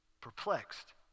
perplexed